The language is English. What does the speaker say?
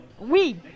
Oui